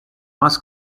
más